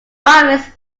office